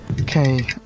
Okay